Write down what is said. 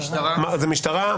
זה משטרה.